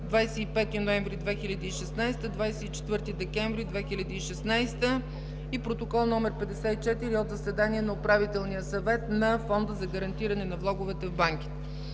25 ноември 2016 г. – 24 декември 2016 г. и протокол № 54 от заседание на Управителния съвет на Фонда за гарантиране на влоговете в банките.